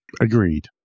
Agreed